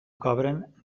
cobren